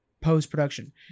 post-production